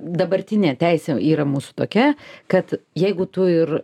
dabartinė teisė yra mūsų tokia kad jeigu tu ir